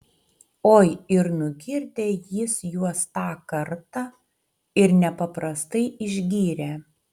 oi ir nugirdė jis juos tą kartą ir nepaprastai išgyrė